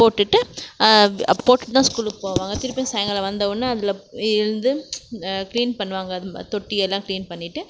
போட்டுவிட்டு போட்டுவிட்டு தான் ஸ்கூலுக்கு போவாங்க திருப்பியும் சாயங்காலம் வந்தவொடன்னே அதில் இருந்து கிளீன் பண்ணுவாங்க தொட்டியெல்லாம் கிளீன் பண்ணிவிட்டு